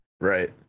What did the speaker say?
Right